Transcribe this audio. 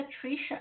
Patricia